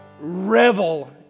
revel